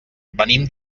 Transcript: venim